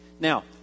Now